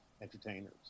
entertainers